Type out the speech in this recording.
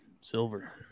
silver